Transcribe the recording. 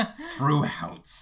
Throughout